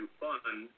fund